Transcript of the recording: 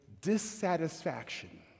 dissatisfaction